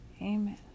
Amen